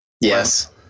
Yes